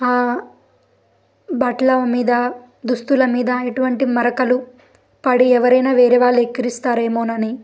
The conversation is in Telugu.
బట్టల మీద దుస్తుల మీద ఎటువంటి మరకలు పడి ఎవరైనా వేరే వాళ్ళు వెక్కిరిస్తారో ఏమోనని